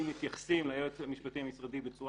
אם מתייחסים ליועץ המשפטי המשרדי בצורה